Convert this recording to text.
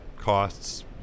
costs